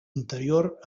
interior